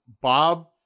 Bob